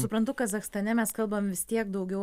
suprantu kazachstane mes kalbam vis tiek daugiau